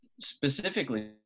Specifically